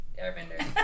airbender